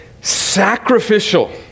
sacrificial